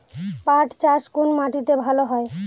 পাট চাষ কোন মাটিতে ভালো হয়?